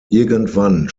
irgendwann